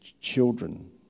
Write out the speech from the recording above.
children